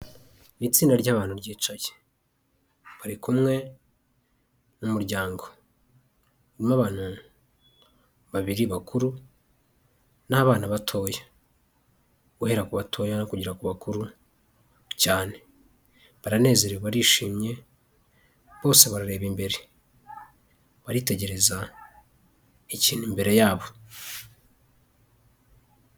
Iri tsinda ry'abana ryicaye bari kumwe n'umuryango abantu babiri bakuru n'abana batoya guhera ku batoya no kugera ku bakuru cyane baranezererwa barishimye bose bareba imbere baritegereza ikintu imbere yabo.